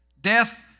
Death